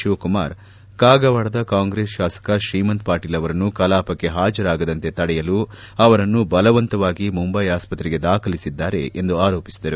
ಶಿವಕುಮಾರ್ ಕಾಗವಾಡದ ಕಾಂಗ್ರೆಸ್ ಶಾಸಕ ಶ್ರೀಮಂತ ಪಾಟೀಲ್ ಅವರನ್ನು ಕಲಾಪಕ್ಕೆ ಹಾಜರಾಗದಂತೆ ತಡೆಯಲು ಅವರನ್ನು ಬಲವಂತವಾಗಿ ಮುಂದೈ ಆಸ್ವತ್ರೆಗೆ ದಾಖಲಿಸಿದ್ದಾರೆ ಎಂದು ಆರೋಪಿಸಿದರು